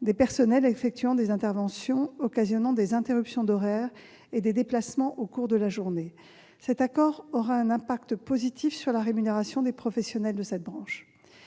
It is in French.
des personnels effectuant des interventions occasionnant des interruptions d'horaires et des déplacements au cours de la journée. Cet accord aura un impact positif sur la rémunération des professionnels de cette branche.